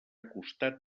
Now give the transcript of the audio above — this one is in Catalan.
costat